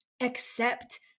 accept